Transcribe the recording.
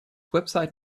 website